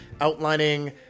outlining